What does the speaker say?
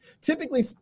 Typically